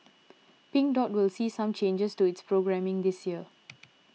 Pink Dot will see some changes to its programming this year